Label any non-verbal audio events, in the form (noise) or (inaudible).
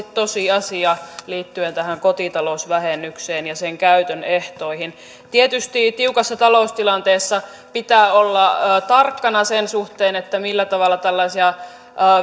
(unintelligible) tosiasia liittyen tähän kotitalousvähennykseen ja sen käytön ehtoihin tietysti tiukassa taloustilanteessa pitää olla tarkkana sen suhteen millä tavalla tällaisia